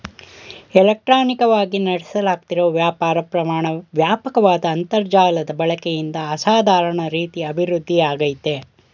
ಇಲೆಕ್ಟ್ರಾನಿಕವಾಗಿ ನಡೆಸ್ಲಾಗ್ತಿರೋ ವ್ಯಾಪಾರ ಪ್ರಮಾಣ ವ್ಯಾಪಕ್ವಾದ ಅಂತರ್ಜಾಲದ ಬಳಕೆಯಿಂದ ಅಸಾಧಾರಣ ರೀತಿ ಅಭಿವೃದ್ಧಿಯಾಗಯ್ತೆ